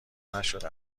نشده